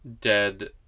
dead